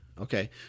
okay